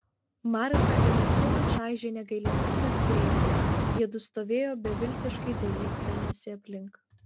martą ir achilą čaižė negailestingas vėjas jiedu stovėjo beviltiškai dairydamiesi aplink